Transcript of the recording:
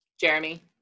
Jeremy